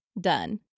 Done